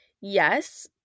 Yes